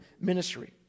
ministry